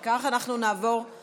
אם כך, אנחנו נעבור להצביע